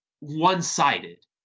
one-sided